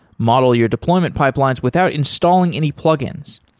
model your deployment pipelines without installing any plugins.